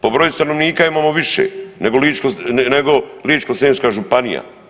Po broju stanovnika imamo više nego Ličko-senjska županija.